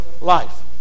life